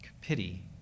pity